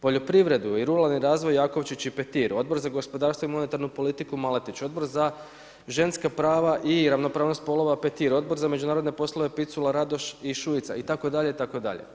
Poljoprivredu i ruralni razvoj Jakovčić i Petir, Odbor za gospodarstvo i monetarnu politiku Maletić, Odbor za ženska prava i ravnopravnost spolova Petir, Odbor za međunarodne poslove Picula, Radoš i Šuica, itd., itd.